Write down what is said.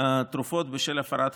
(תרופות בשל הפרת חוזה)